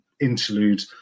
interlude